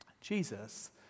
Jesus